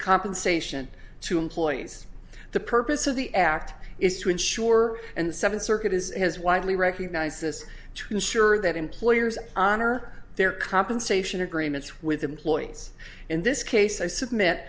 compensation to employees the purpose of the act is to insure and seven circuit is widely recognized as to ensure that employers honor their compensation agreements with employees in this case i submit